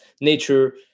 nature